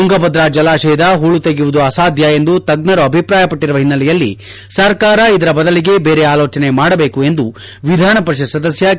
ಕುಂಗಭದ್ರಾ ಜಲಾಶಯದ ಹೂಳು ತೆಗೆಯುವುದು ಆಸಾಧ್ಯ ಎಂದು ತಜ್ಜರು ಅಭಿಪ್ರಾಯ ಪಟ್ಟಿರುವ ಹಿನ್ನೆಲೆಯಲ್ಲಿ ಸರ್ಕಾರ ಇದರ ಬದಲಿಗೆ ಬೇರೆ ಅಲೋಚನೆ ಮಾಡಬೇಕು ಎಂದು ವಿಧಾನಪರಿಷತ್ ಸದಸ್ಯ ಕೆ